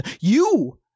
you-